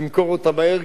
תמכור אותה מהר,